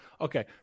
okay